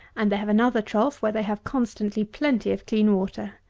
and they have another trough where they have constantly plenty of clean water.